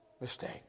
mistake